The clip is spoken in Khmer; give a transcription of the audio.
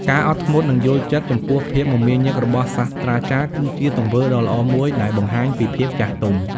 ការអត់ធ្មត់ និងយល់ចិត្ត ចំពោះភាពមមាញឹករបស់សាស្រ្តាចារ្យ គឺជាទង្វើដ៏ល្អមួយដែលបង្ហាញពីភាពចាស់ទុំ។